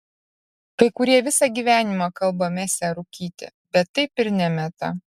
kai kurie visą gyvenimą kalba mesią rūkyti bet taip ir nemeta